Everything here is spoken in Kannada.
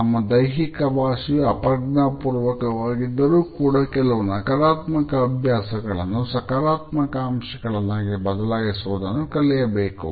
ನಮ್ಮ ದೈಹಿಕ ಭಾಷೆಯು ಅಪ್ರಜ್ಞಾಪೂರ್ವಕವಾಗಿದ್ದರೂ ಕೂಡ ಕೆಲವು ನಕಾರಾತ್ಮಕ ಅಭ್ಯಾಸಗಳನ್ನು ಸಕಾರಾತ್ಮಕ ಅಂಶಗಳಾಗಿ ಬದಲಾಯಿಸುವುದನ್ನು ಕಲಿಯಬೇಕು